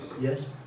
Yes